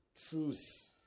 Truth